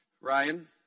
ryan